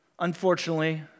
Unfortunately